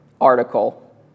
article